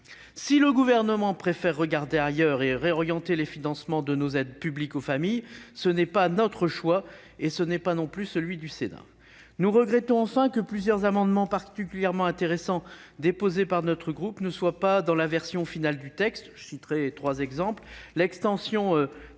Si le Gouvernement préfère regarder ailleurs et réorienter les financements de nos aides publiques aux familles, tel n'est pas notre choix ni celui du Sénat. Nous regrettons enfin que plusieurs amendements particulièrement intéressants, déposés par notre groupe, ne figurent pas dans la version finale du texte. Je pense notamment à l'extension des